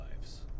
lives